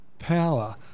power